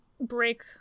break